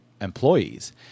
employees